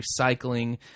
recycling